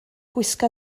gwisga